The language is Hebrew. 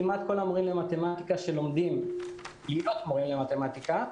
כמעט כל המורים למתמטיקה שלומדים להיות מורים למתמטיקה,